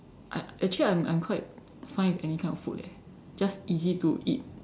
I actually I'm I'm quite fine with any kind of food leh just easy to eat